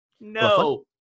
no